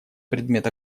предмет